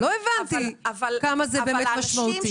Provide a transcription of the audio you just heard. לא הבנתי כמה זה משמעותי.